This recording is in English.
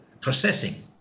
processing